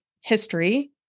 history